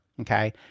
okay